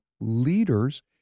leaders